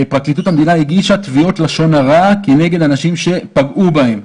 פרקליטות המדינה הגישה תביעות לשון הרע כנגד אנשים שפגעו בהם.